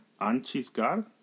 Anchisgar